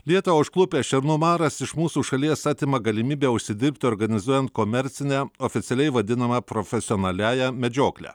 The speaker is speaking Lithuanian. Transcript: lietuvą užklupęs šernų maras iš mūsų šalies atima galimybę užsidirbti organizuojant komercinę oficialiai vadinamą profesionaliąja medžioklę